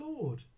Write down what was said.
Lord